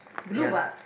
blue vase